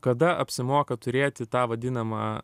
kada apsimoka turėti tą vadinamą